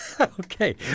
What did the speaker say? Okay